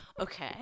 Okay